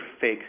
fake